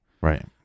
Right